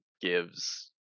gives